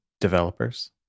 developers